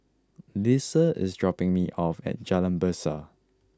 Lesa is dropping me off at Jalan Besar